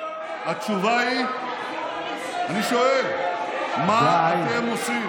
התשובה היא, אני שואל: מה אתם עושים?